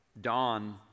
Dawn